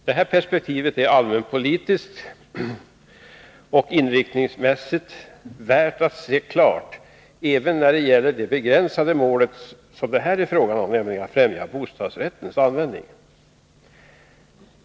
Detta perspektiv är allmänpolitiskt och inriktningsmässigt värt att se klart även när det gäller det begränsade målet att främja bostadsrättens användning.